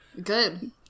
good